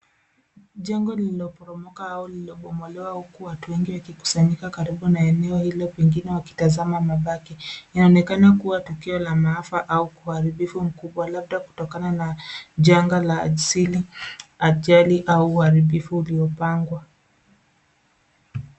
Jengo lililloporomoka au lililobomolewa huku watu wengi wakikusanyika karibu na eneo hilo pengine wakitazama mabaki . Inaonekana kuwa tukio la maafa au uharibifu mkubwa labda kutokana na janga la asili, ajali au uharibifu uliopangwa.